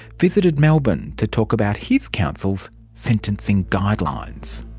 visited melbourne to talk about his council's sentencing guidelines.